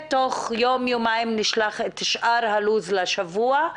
תוך יום או יומיים נשלח את שאר הלו"ז לשבוע הקרוב.